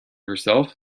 herself